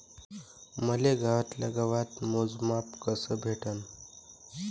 मले गावातल्या गावात मोजमाप कस भेटन?